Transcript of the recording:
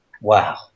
Wow